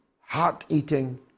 heart-eating